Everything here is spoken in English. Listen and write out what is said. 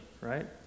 right